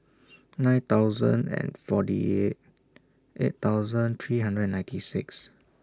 nine thousand and forty eight eight thousand three hundred ninety six